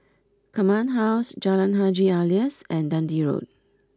Command House Jalan Haji Alias and Dundee Road